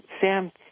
Sam